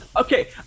okay